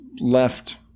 left